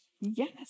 Yes